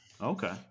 Okay